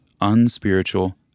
unspiritual